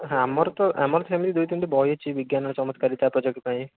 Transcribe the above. ହଁ ଆମର ତ ଆମର ସେମିତି ଦୁଇ ତିନିଟି ବହି ଅଛି ବିଜ୍ଞାନ ଚତ୍ମକାରିତା ଉପଯୋଗୀ ପାଇଁ